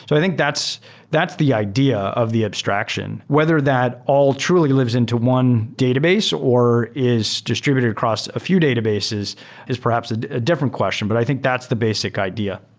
so i think that's that's the idea of the abstraction. whether that all truly lives into one database or is distributed across a few databases is perhaps a different question. but i think that's the basic idea.